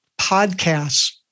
podcasts